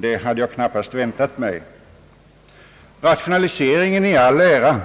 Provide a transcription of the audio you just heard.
Det hade jag knappast väntat mig. Rationaliseringen i all ära,